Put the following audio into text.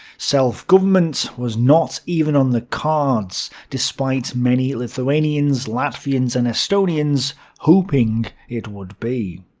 self-government was not even on the cards, despite many lithuanians, latvians and estonians hoping it would be.